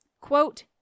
Quote